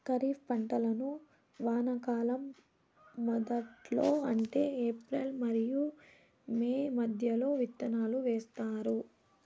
ఖరీఫ్ పంటలను వానాకాలం మొదట్లో అంటే ఏప్రిల్ మరియు మే మధ్యలో విత్తనాలు వేస్తారు